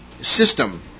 system